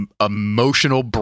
emotional